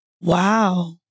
Wow